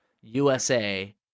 USA